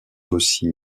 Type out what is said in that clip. aussi